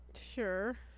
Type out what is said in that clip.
Sure